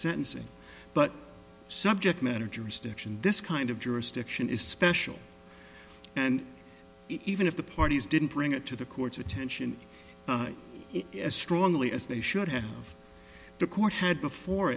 sentencing but subject matter jurisdiction and this kind of jurisdiction is special and even if the parties didn't bring it to the court's attention as strongly as they should have the court had before